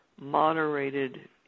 moderated